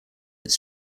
its